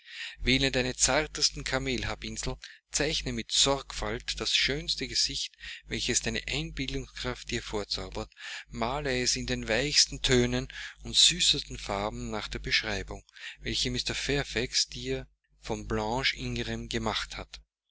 wähle deine zartesten kameelhaarpinsel zeichne mit sorgfalt das schönste gesicht welches deine einbildungskraft dir vorzaubert male es in den weichsten tönen und süßesten farben nach der beschreibung welche mr fairfax dir von blanche ingram gemacht hat